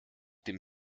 dem